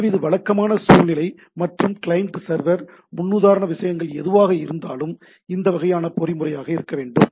எனவே இது வழக்கமான சூழ்நிலை மற்றும் கிளையன்ட் சர்வர் முன்னுதாரண விஷயங்கள் எதுவாக இருந்தாலும் இந்த வகையான பொறிமுறையாக இருக்க வேண்டும்